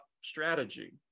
strategy